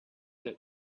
that